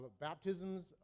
baptisms